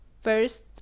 first